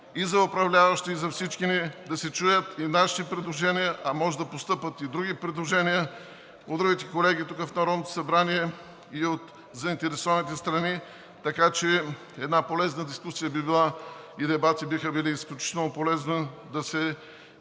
и за управляващите, и за всички ни да се чуят нашите предложения, а може да постъпят и другите колеги тук в Народното събрание и от заинтересованите страни, така че една полезна дискусия и дебат биха били изключително полезни да се